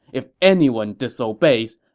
if anyone disobeys,